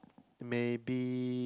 maybe